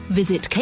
visit